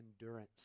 endurance